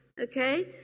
okay